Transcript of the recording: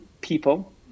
people